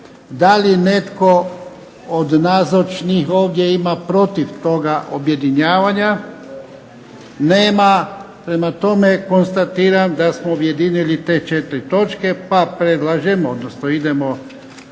Da li netko od nazočnih ovdje ima protiv toga objedinjavanja? Nema. Prema tome konstatiram da smo objedinili te 4 točke. Idemo dalje